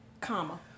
Comma